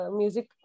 music